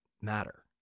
matter